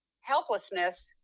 helplessness